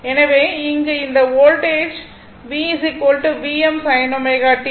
எனவே இங்கு இந்த voltage V Vm sin sin t ஆகும்